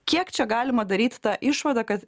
kiek čia galima daryt tą išvadą kad